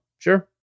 Sure